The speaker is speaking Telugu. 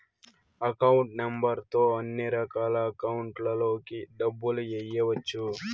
అకౌంట్ నెంబర్ తో అన్నిరకాల అకౌంట్లలోకి డబ్బులు ఎయ్యవచ్చు